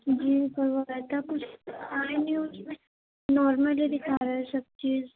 جی کروایا تھا كچھ آیا نہیں اُس میں نارمل ہی دكھا رہا ہے سب چیز